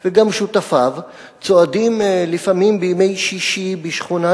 וגם שותפיו צועדים לפעמים בימי שישי בשכונת